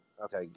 Okay